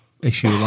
issue